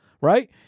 right